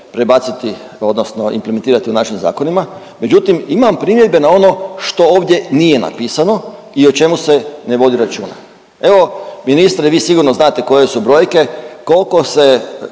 prebaciti odnosno implementirati u našim zakonima, međutim, imam primjedbe na ono što ovdje nije napisano i o čemu se ne vodi računa. Evo, ministre, vi sigurno znate koje su brojke, koliko se